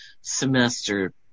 Semester